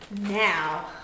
now